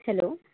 hello